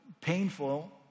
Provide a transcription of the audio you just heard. painful